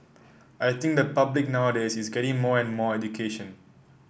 I think the public nowadays is getting more and more education